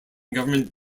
government